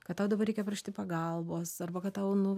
kad tau dabar reikia prašyti pagalbos arba kad tau nu